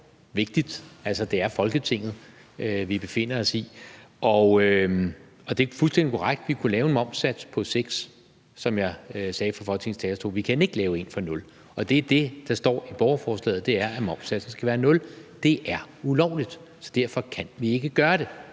altså vigtigt. Det er Folketinget, vi befinder os i, og det er fuldstændig korrekt, at vi kunne lave en momssats på 6 pct., som jeg sagde fra Folketingets talerstol. Vi kan ikke lave en på 0 pct., og det er det, der står i borgerforslaget, altså at momssatsen skal være 0 pct. Det er ulovligt, og derfor kan vi ikke gøre det,